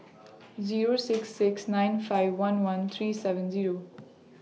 Zero six six nine five one one three seven Zero